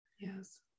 Yes